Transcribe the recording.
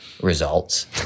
results